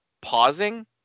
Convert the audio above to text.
pausing